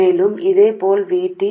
అదేవిధంగా VT 1